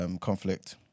conflict